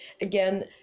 Again